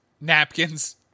napkins